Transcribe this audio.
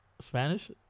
Spanish